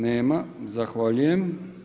Nema, zahvaljujem.